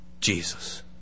Jesus